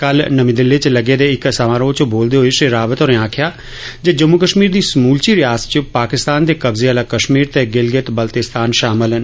कल नमीं दिल्ली च लग्गे दे इक समारोह च बोलदे होई श्री रावत होरे गलाया जे जम्मू कश्मीर दी समूलची रियासत च पाकिस्तान दे कब्जे आहला कश्मीर ते गिलगित बाल्तिस्तान शामल न